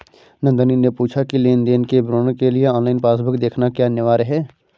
नंदनी ने पूछा की लेन देन के विवरण के लिए ऑनलाइन पासबुक देखना क्या अनिवार्य है?